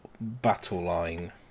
Battleline